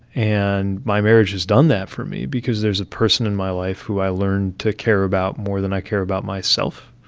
and my marriage has done that for me because there's a person in my life who i learned to care about more than i care about myself.